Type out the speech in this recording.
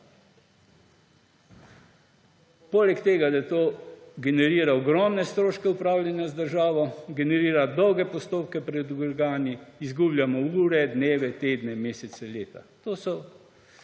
Poleg tega, da to generira ogromne stroške upravljanja z državo, generira dolge postopke pred organi, izgubljamo ure, dneve, tedne, mesece, leta.« To so besede